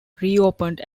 reopened